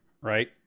Right